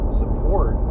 support